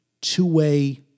two-way